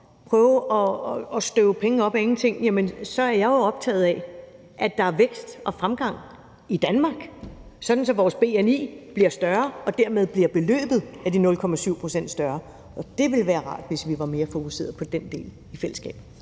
prøve at støve penge op af ingenting er jeg jo optaget af, at der er vækst og fremgang i Danmark, sådan at vores bni bliver større, og dermed bliver beløbet af de 0,7 pct. større. Det ville være rart, hvis vi var mere fokuseret på den del i fællesskab.